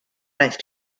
nice